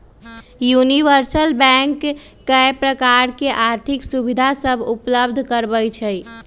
universal bank कय प्रकार के आर्थिक सुविधा सभ उपलब्ध करबइ छइ